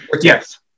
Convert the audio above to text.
Yes